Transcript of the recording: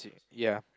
ya